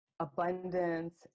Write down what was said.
abundance